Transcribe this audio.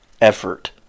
effort